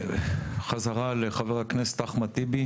חזרה לחבר הכנסת אחמד טיבי.